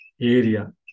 area